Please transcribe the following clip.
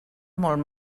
molt